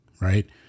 Right